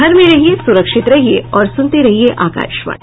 घर में रहिये सुरक्षित रहिये और सुनते रहिये आकाशवाणी